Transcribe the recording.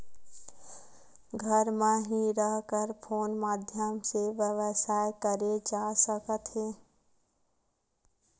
घर म हि रह कर कोन माध्यम से व्यवसाय करे जा सकत हे?